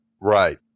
Right